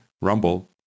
Rumble